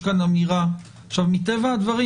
מטבע הדברים,